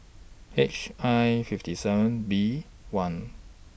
H I fifty seven B one